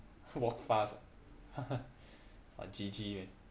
walk fast ah !wah! G_G man